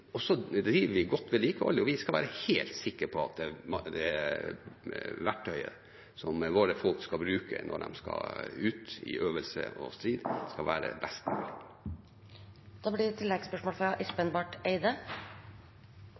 driver godt vedlikehold, og vi skal være helt sikre på at det verktøyet som våre folk skal bruke når de skal ut i øvelse og strid, skal være det beste. Espen Barth Eide